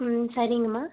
ம் சரிங்கம்மா